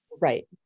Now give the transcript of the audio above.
Right